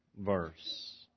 verse